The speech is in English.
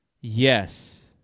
Yes